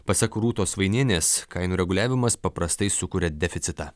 pasak rūtos vainienės kainų reguliavimas paprastai sukuria deficitą